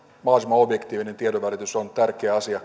mahdollisimman objektiivinen tiedonvälitys on tärkeä asia